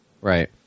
Right